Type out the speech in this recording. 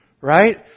Right